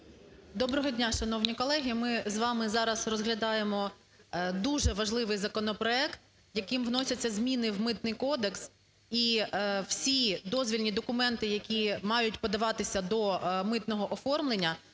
Доброго дня, шановні колеги! Ми з вами зараз розглядаємо дуже важливий законопроект, яким вносяться зміни в Митний кодекс, і всі дозвільні документи, які мають подаватися до митного оформлення